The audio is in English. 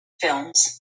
films